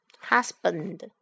Husband